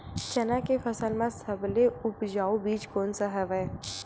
चना के फसल म सबले उपजाऊ बीज कोन स हवय?